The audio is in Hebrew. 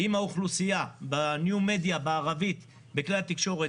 עם האוכלוסייה במדיה החדשה בערבית בכלי התקשורת,